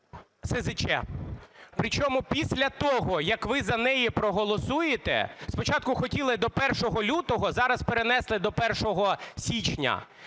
СЗЧ. Причому після того, як ви за неї проголосуєте, спочатку хотіли до 1 лютого, зараз перенесли до 1 січня,